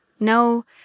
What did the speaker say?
no